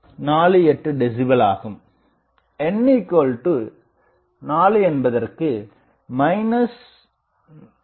48 decibel ஆகும் n4 என்பதற்கு 9